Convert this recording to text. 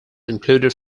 included